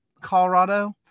Colorado